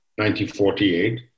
1948